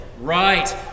right